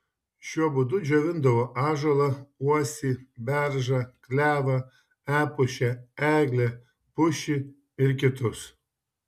šiuo būdu džiovindavo ąžuolą uosį beržą klevą epušę eglę pušį ir kitus